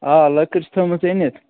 آ لٔکٕر چھِ تھوٚمٕژ أنِتھ